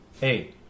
Hey